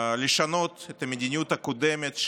לשנות את המדיניות הקודמת,